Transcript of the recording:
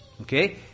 Okay